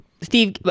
Steve